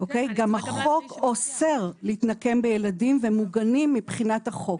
גם החוק אוסר להתנקם בילדים והם מוגנים מבחינת החוק.